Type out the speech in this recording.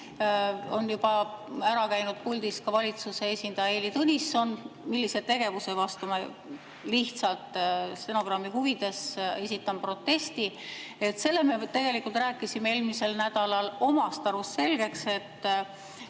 on juba ära käinud valitsuse esindaja Heili Tõnisson, mille vastu ma lihtsalt stenogrammi huvides esitan protesti. Selle me tegelikult rääkisime eelmisel nädalal omast arust selgeks. Te